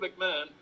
McMahon